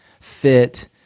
fit